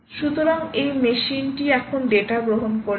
সুতরাং এই মেশিনটি এখন ডেটা গ্রহণ করেছে